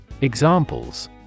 Examples